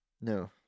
No